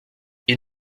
ils